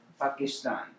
Pakistan